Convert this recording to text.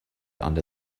under